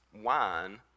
wine